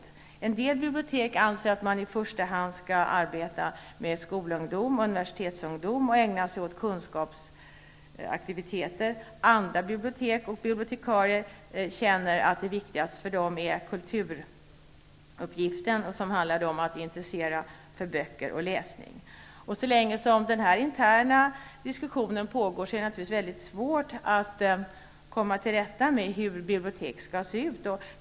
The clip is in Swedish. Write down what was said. På en del bibliotek anser man att biblioteken i första hand skall arbeta med skolungdomar och universitetsungdomar och ägna sig åt kunskapsaktiviteter. På andra bibliotek känner man att det viktigaste är kulturuppgiften, som handlar om att intressera människor för böcker och läsning. Så länge denna interna diskussion pågår, är det naturligtvis mycket svårt att komma till rätta med hur bibliotek skall se ut.